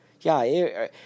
Yeah